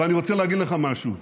ואני רוצה להגיד לך משהו: